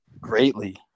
greatly